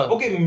Okay